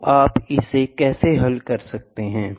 तो आप इसे कैसे हल करते हैं